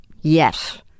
yes